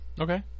okay